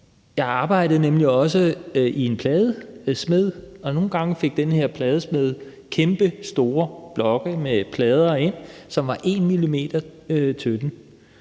Jeg arbejdede nemlig også hos en pladesmed, og nogle gange fik den her pladesmed kæmpestore blokke med plader ind, som var 1 mm tynde,